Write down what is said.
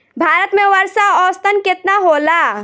भारत में वर्षा औसतन केतना होला?